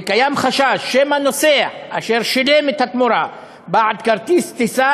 וקיים חשש שמא נוסע אשר שילם את התמורה בעד כרטיס טיסה